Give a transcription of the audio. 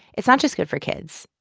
it's not just good for kids.